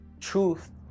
truth